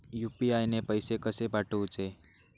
UPI ने पैशे कशे पाठवूचे?